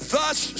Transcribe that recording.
Thus